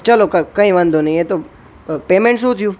ચલો કંઈ વાંધો નહીં એ તો પેમેન્ટ શું થયું